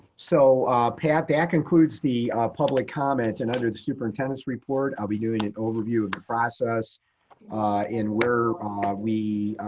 so pat, that concludes the public comment, and under the superintendent's report, i'll be doing an overview of the process in where we